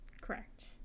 Correct